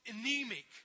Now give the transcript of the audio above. anemic